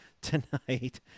tonight